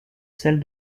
celle